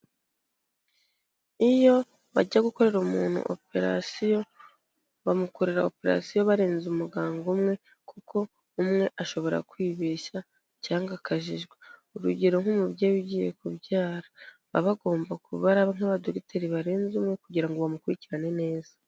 Iyo bajya gukorera umuntu operasiyo, bamukorera operasiyo barenze umuganga umwe, kuko umwe ashobora kwibeshya cyangwa akajijwa, urugero nk'umubyeyi ugiye kubyara, baba agomba kuba ari nk'abadogiteri barenze umwe, kugira ngo bamukurikirane neza.